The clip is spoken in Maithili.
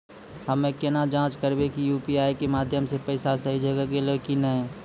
हम्मय केना जाँच करबै की यु.पी.आई के माध्यम से पैसा सही जगह गेलै की नैय?